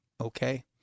okay